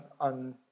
on